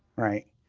right?